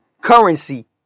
Currency